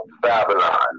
Babylon